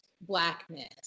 Blackness